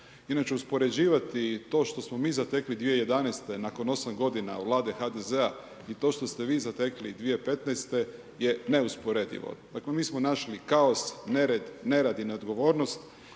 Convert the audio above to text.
Inače uspoređivati to što smo mi zatekli 2011. nakon 8 g. Vlade HDZ-a i to što ste vi zatekli 2015. ne neusporedivo. Dakle, mi smo našli kaos, nered, nerad i neodgovornost